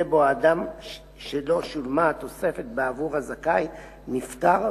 שהאדם שלו שולמה התוספת בעבור הזכאי נפטר,